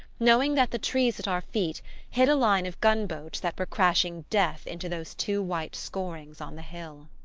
knowing that the trees at our feet hid a line of gun-boats that were crashing death into those two white scorings on the hill.